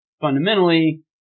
fundamentally